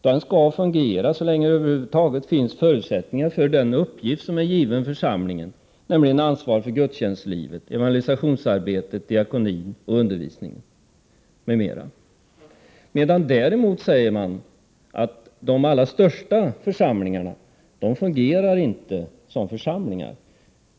Den skall fungera så länge det över huvud taget finns förutsättningar för den uppgift som är given församlingen, nämligen ansvar för gudstjänstlivet, evangelisationsarbetet, diakonin och undervisningen m.m. Däremot sägs det att de allra största församlingarna inte fungerar som församlingar.